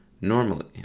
Normally